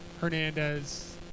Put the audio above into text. Hernandez